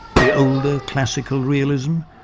the older classical realism,